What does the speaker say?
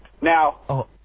now